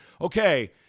okay